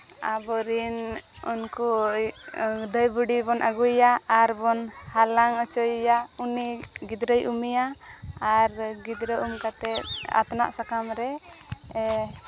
ᱟᱵᱚ ᱨᱮᱱ ᱩᱱᱠᱩ ᱫᱷᱟᱹᱭ ᱵᱩᱰᱷᱤ ᱵᱚᱱ ᱟᱹᱜᱩᱭᱮᱭᱟ ᱟᱨ ᱵᱚᱱ ᱦᱟᱞᱟᱝ ᱦᱚᱪᱚᱭᱮᱟ ᱩᱱᱤ ᱜᱤᱫᱽᱨᱟᱹᱭ ᱩᱢᱮᱭᱟ ᱟᱨ ᱜᱤᱫᱽᱨᱟᱹ ᱩᱢ ᱠᱟᱛᱮᱫ ᱟᱛᱱᱟᱜ ᱥᱟᱠᱟᱢ ᱨᱮ